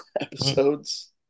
episodes